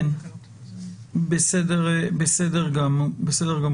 כן, בסדר גמור.